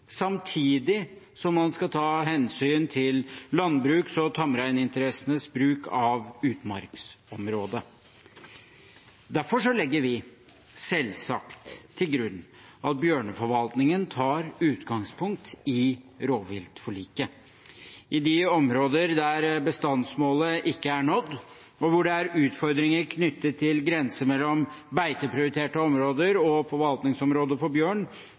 samtidig som man skal ta hensyn til landbruks- og tamreinsinteressenes bruk av utmarksområdene. Derfor legger vi selvsagt til grunn at bjørneforvaltningen tar utgangspunkt i rovviltforliket. I områder der bestandsmålet ikke er nådd, og hvor det er utfordringer knyttet til grense mellom beiteprioriterte områder og forvaltningsområder for bjørn,